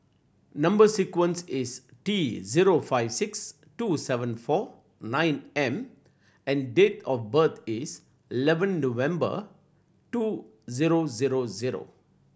number sequence is T zero five six two seven four nine M and date of birth is eleven November two zero zero zero